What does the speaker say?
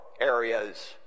areas